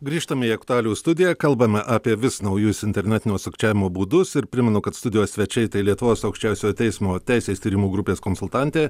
grįžtame į aktualijų studiją kalbame apie vis naujus internetinio sukčiavimo būdus ir primenu kad studijos svečiai tai lietuvos aukščiausiojo teismo teisės tyrimų grupės konsultantė